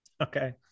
okay